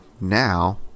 now